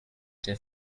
der